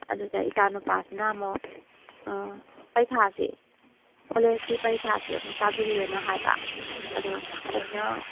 ꯑꯗꯨꯗ ꯏꯆꯥ ꯅꯨꯄꯥꯁꯤꯅ ꯑꯃꯨꯛ ꯑ ꯄꯔꯤꯈꯥꯁꯦ ꯀꯣꯂꯦꯁꯀꯤ ꯄꯔꯤꯈꯥꯁꯦ ꯑꯃꯨꯛ ꯇꯥꯁꯤꯜꯂꯦꯅ ꯍꯥꯏꯕ ꯑꯗꯣ ꯑꯩꯅ